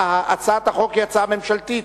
הצעת החוק היא הצעה ממשלתית,